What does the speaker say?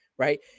Right